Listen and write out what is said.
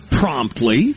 promptly